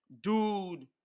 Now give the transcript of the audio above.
dude